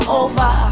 over